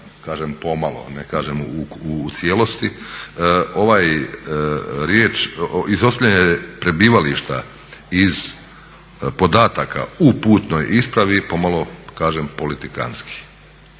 kažem pomalo, ne kažem u cijelosti ovaj riječ, izostavljanje prebivališta iz podataka u putnoj ispravi, pomalo kažem politikantski.